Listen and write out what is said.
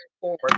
forward